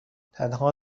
تنها